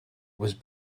was